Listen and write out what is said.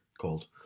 called